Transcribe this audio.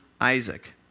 Isaac